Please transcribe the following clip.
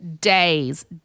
days